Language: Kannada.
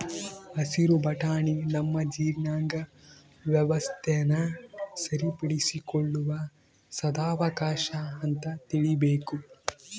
ಹಸಿರು ಬಟಾಣಿ ನಮ್ಮ ಜೀರ್ಣಾಂಗ ವ್ಯವಸ್ಥೆನ ಸರಿಪಡಿಸಿಕೊಳ್ಳುವ ಸದಾವಕಾಶ ಅಂತ ತಿಳೀಬೇಕು